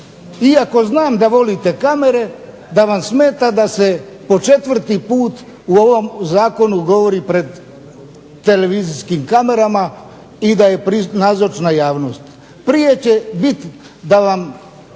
iako znam da volite kamere, da vam smeta da se po četvrti put u ovom zakonu govori pred televizijskim kamerama i da je nazočna javnost. Prije će biti da vam